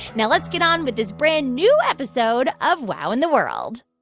now let's get on with this brand-new episode of wow in the world